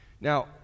now